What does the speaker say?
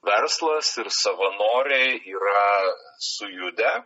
verslas ir savanoriai yra sujudę